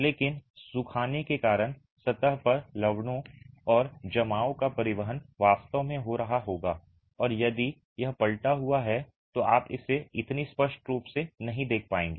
लेकिन सुखाने के कारण सतह पर लवणों और जमाव का परिवहन वास्तव में हो रहा होगा और यदि यह पलटा हुआ है तो आप इसे इतनी स्पष्ट रूप से नहीं देख पाएंगे